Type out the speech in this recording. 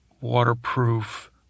waterproof